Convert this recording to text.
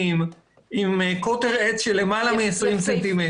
עם קוטר עץ של למעלה מ-20 סנטימטרים.